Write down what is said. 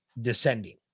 descending